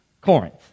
Corinth